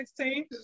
2016